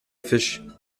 fisch